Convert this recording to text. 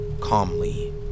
calmly